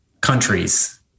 countries